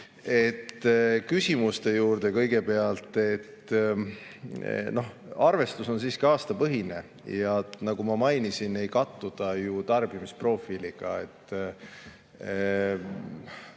Küsimuste juurde. Kõigepealt, arvestus on siiski aastapõhine ja nagu ma mainisin, ei kattu ta tarbimisprofiiliga.